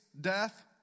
death